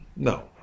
No